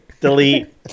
delete